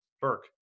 Burke